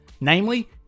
Namely